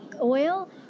oil